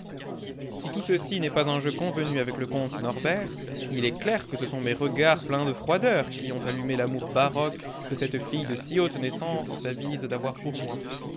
si tout ceci n'est pas un jeu convenu avec le comte norbert il est clair que ce sont mes regards pleins de froideur qui ont allumé l'amour baroque que cette fille de si haute naissance s'avise d'avoir pour moi